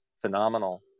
phenomenal